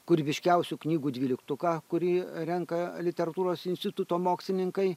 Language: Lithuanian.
kūrybiškiausių knygų dvyliktuką kurį renka literatūros instituto mokslininkai